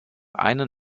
einen